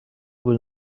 will